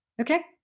Okay